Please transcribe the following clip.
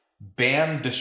BAM